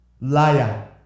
Liar